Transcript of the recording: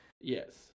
Yes